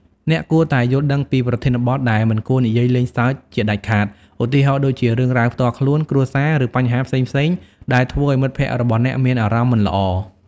អ្នកគួរតែយល់ដឹងពីប្រធានបទដែលមិនគួរនិយាយលេងសើចជាដាច់ខាត ឧទាហរណ៍ដូចជារឿងរ៉ាវផ្ទាល់ខ្លួន គ្រួសារ ឬបញ្ហាផ្សេងៗដែលធ្វើឲ្យមិត្តភក្តិរបស់អ្នកមានអារម្មណ៍មិនល្អ។